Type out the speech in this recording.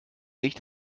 nicht